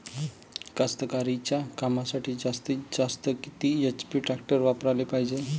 कास्तकारीच्या कामासाठी जास्तीत जास्त किती एच.पी टॅक्टर वापराले पायजे?